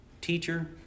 teacher